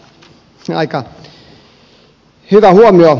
aika hyvä huomio